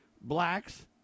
Blacks